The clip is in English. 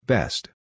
Best